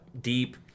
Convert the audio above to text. deep